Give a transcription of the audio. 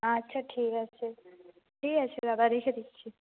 আচ্ছা ঠিক আছে ঠিক আছে দাদা রেখে দিচ্ছি